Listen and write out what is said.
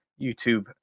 YouTube